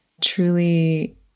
truly